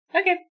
Okay